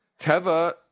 Teva